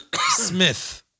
Smith